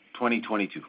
2022